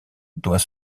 doit